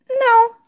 No